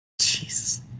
Jesus